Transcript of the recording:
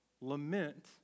Lament